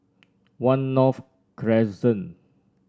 One North Crescent